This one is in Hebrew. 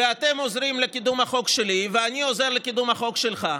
ואתם עוזרים לקידום החוק שלי ואני עוזר לקידום החוק שלכם.